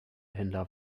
händler